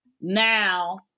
now